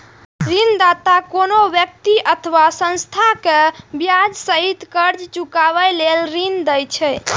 ऋणदाता कोनो व्यक्ति अथवा संस्था कें ब्याज सहित कर्ज चुकाबै लेल ऋण दै छै